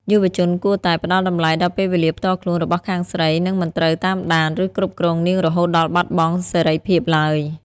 យុវជនគួរតែ "ផ្ដល់តម្លៃដល់ពេលវេលាផ្ទាល់ខ្លួន" របស់ខាងស្រី និងមិនត្រូវតាមដាន ឬគ្រប់គ្រងនាងរហូតដល់បាត់បង់សេរីភាពឡើយ។